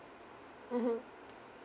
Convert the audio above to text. mmhmm